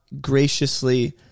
graciously